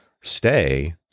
stay